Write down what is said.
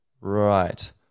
right